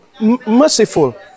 merciful